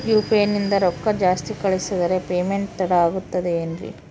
UPI ನಿಂದ ರೊಕ್ಕ ಜಾಸ್ತಿ ಕಳಿಸಿದರೆ ಪೇಮೆಂಟ್ ತಡ ಆಗುತ್ತದೆ ಎನ್ರಿ?